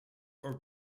are